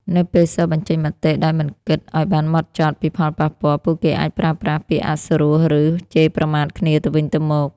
នៅពេលសិស្សបញ្ចេញមតិដោយមិនគិតឲ្យបានហ្មត់ចត់ពីផលប៉ះពាល់ ពួកគេអាចប្រើប្រាស់ ពាក្យអសុរោះ ឬ ជេរប្រមាថគ្នាទៅវិញទៅមក។